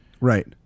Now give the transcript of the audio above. Right